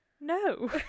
No